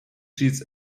چیز